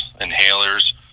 inhalers